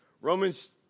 Romans